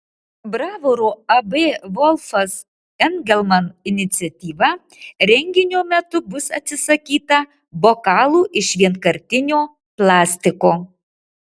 bravoro ab volfas engelman iniciatyva renginio metu bus atsisakyta bokalų iš vienkartinio plastiko